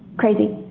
crazy.